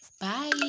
Bye